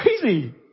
crazy